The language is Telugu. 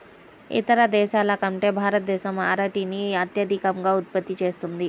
ఇతర దేశాల కంటే భారతదేశం అరటిని అత్యధికంగా ఉత్పత్తి చేస్తుంది